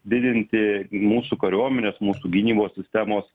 didinti mūsų kariuomenės mūsų gynybos sistemos